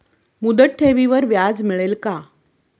मुदत ठेवीवर व्याज मिळेल का?